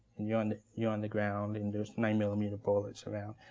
and you're on you're on the ground, and there's nine-millimeter bullets around,